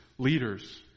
Leaders